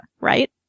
right